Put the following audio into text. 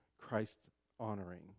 Christ-honoring